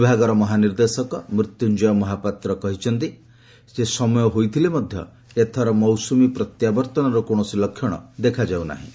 ବିଭାଗର ମହାନିର୍ଦ୍ଦେଶକ ମୃତ୍ୟୁଞ୍ଜୟ ମହାପାତ୍ର କହିଛନ୍ତି ଯେ ସମୟ ହୋଇଯାଇଥିଲେ ମଧ୍ୟ ଏଥର ମୌସୁମୀ ପ୍ରତ୍ୟାବର୍ତ୍ତନର କୌଣସି ଲକ୍ଷଣ ଦେଖାଯାଉନାହିଁ